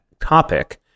Topic